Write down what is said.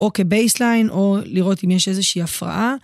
או כבייסליין, או לראות אם יש איזושהי הפרעה.